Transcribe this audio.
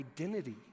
identity